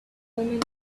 woman